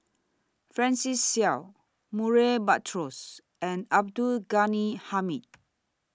Francis Seow Murray Buttrose and Abdul Ghani Hamid